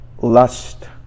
Lust